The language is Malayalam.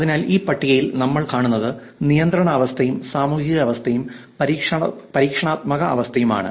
അതിനാൽ ഈ പട്ടികയിൽ നമ്മൾ കാണുന്നത് നിയന്ത്രണ അവസ്ഥയും സാമൂഹിക അവസ്ഥയും പരീക്ഷണാത്മക അവസ്ഥയുമാണ്